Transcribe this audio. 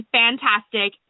fantastic